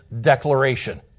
declaration